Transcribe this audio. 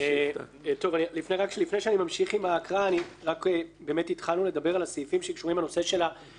לפני שאמשיך עם ההקראה התחלנו לדבר על הסעיפים שקשורים בנושא המכרזים,